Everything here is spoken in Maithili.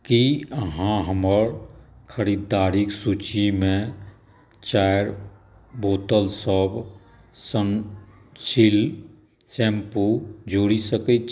कि अहाँ हमर खरिदारिके सूचीमे चारि बोतलसब सनसिल्क शैम्पू जोड़ि सकै छी